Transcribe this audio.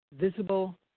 visible